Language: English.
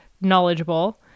knowledgeable